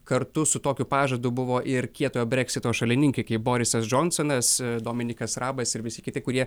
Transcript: kartu su tokiu pažadu buvo ir kietojo breksito šalininkai kaip borisas džonsonas dominykas arabas ir visi kiti kurie